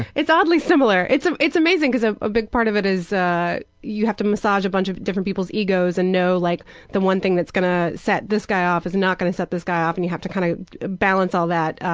it's oddly similar. it's um it's amazing because a big part of it is ah you have to massage a bunch of different people's egos and know like the one thing that's gonna set this guy off is not gonna set this guy off, and you have to kind of balance all that.